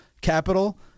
capital